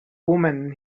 woman